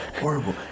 horrible